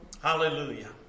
Hallelujah